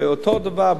אותו הדבר,